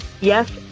Yes